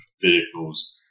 vehicles